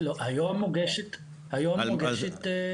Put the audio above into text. היום מוגשת תביעה.